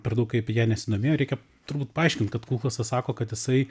per daug kaip ja nesidomėjo reikia turbūt paaiškint kad kulchosas sako kad jisai